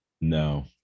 No